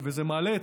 זה מעלה,